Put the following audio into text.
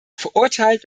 verurteilt